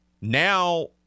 now